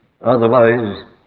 otherwise